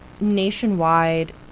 nationwide